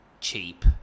Cheap